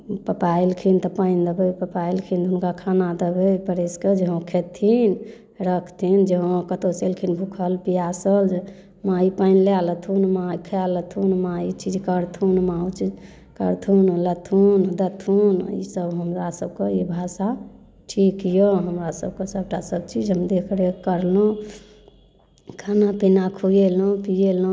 पप्पा एलखिन तऽ पानि देबै पप्पा एलखिन तऽ हुनका खाना देबै परसिके जे हँ खयथिन रखथिन जे हँ कतहुँसँ एलखिन भूखल पियासल माँ पानि लै लेथुन माँ ई खाय लेथुन माँ ई चीज करथुन माँ ओ चीज करथुन लेथुन देथुन ई सब हमरा सबके ई भाषा ठीक यऽ हमरा सबके सबटा सब चीज हम देखरेख करलहुँ खाना पीना खुएलहुँ पीएलहुँ